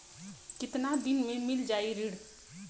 कितना दिन में मील जाई ऋण?